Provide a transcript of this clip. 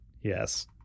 yes